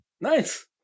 Nice